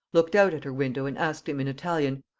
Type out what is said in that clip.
looked out at her window and asked him, in italian,